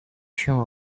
się